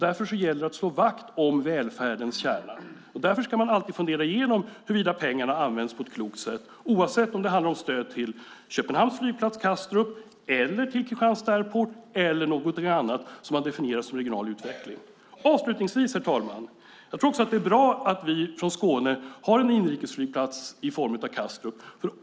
Därför gäller det att slå vakt om välfärdens kärna. Därför ska man alltid fundera igenom huruvida pengarna används på ett klokt sätt, oavsett om det handlar om stöd till Köpenhamns flygplats Kastrup eller till Kristianstad Airport, eller någonting annat som man definierar som regional utveckling. Avslutningsvis, herr talman: Jag tror också att det är bra att vi i Skåne har en inrikesflygplats i form av Kastrup.